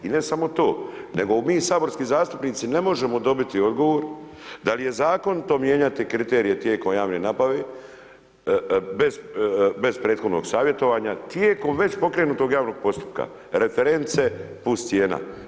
I ne samo to, nego mi saborski zastupnici ne možemo dobiti odgovor da li je zakon to mijenjati kriterije tijekom javne nabave, bez prethodnog savjetovanja tijekom već pokrenutog javnog postupka, reference plus cijena.